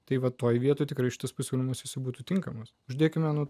tai va toj vietoj tikrai šitas pasiūlymas jisai būtų tinkamas uždėkime nuo